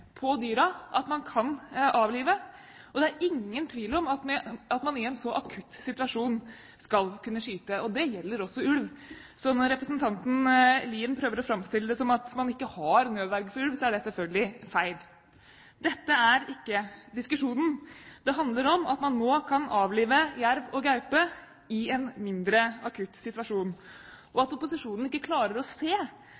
på dyrene at man kan avlive. Det er ingen tvil om at man i en så akutt situasjon skal kunne skyte. Det gjelder også ulv. Så når representanten Lien prøver å framstille det som om det ikke er nødverge for ulv, er det selvfølgelig feil. Dette er ikke diskusjonen. Det handler om at man nå kan avlive jerv og gaupe i en mindre akutt situasjon.